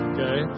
Okay